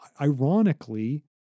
ironically